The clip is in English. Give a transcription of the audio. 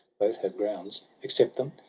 both have grounds. accept them,